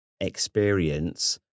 experience